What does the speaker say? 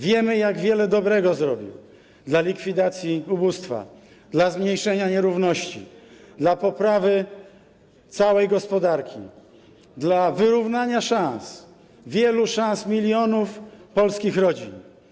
Wiemy, jak wiele dobrego zrobił dla likwidacji ubóstwa, dla zmniejszenia nierówności, dla poprawy całej gospodarki, dla wyrównania szans, wielu szans milionów polskich rodzin.